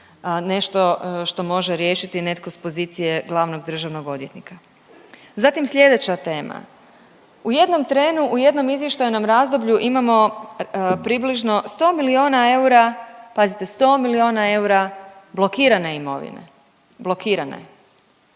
nešto što može riješiti netko s pozicije glavnog državnog odvjetnika. Zatim slijedeća tema, u jednom trenu, u jednom izvještajnom razdoblju imamo približno 100 milijuna eura, pazite 100 milijuna eura blokirane imovine, blokirane.